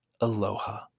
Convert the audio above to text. aloha